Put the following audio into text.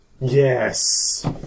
Yes